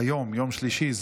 (תיקון מס' 11),